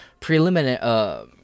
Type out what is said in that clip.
preliminary